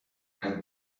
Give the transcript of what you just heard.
and